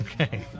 Okay